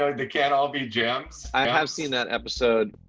like they can't all be gems. i had seen that episode,